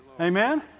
Amen